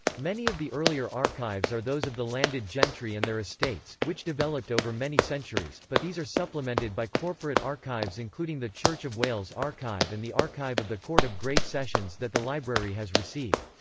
many of the earlier archives are those of the landed gentry and their estates, which developed over many centuries, but these are supplemented by corporate archives including the church of wales archive and the archive of the court of great sessions that the library has received.